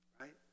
Right